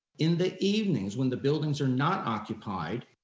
in the evenings when the buildings are not occupied,